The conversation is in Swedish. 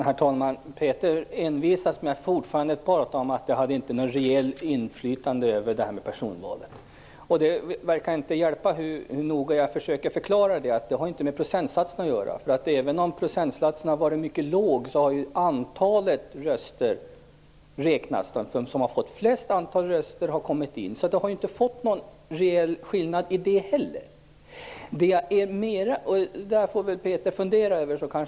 Herr talman! Peter Eriksson envisas med att prata om att reglerna för personval inte innebar något reellt inflytande. Det verkar inte hjälpa hur noggrant jag än försöker förklara att det inte har med procentsatserna att göra. Även om procentsatserna har varit mycket låga har antalet röster räknats. Den som har fått flest antal röster har kommit in. Det har inte inneburit någon reell skillnad där heller. Peter Eriksson får väl fundera över detta.